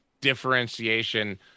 differentiation